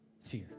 fear